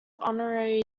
honorary